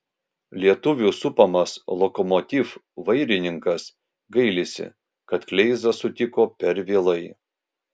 lietuvių supamas lokomotiv vairininkas gailisi kad kleizą sutiko per vėlai